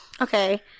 Okay